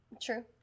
True